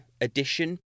Edition